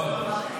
לא.